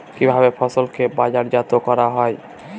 কিভাবে ফসলকে বাজারজাত করা হয়?